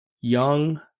young